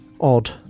odd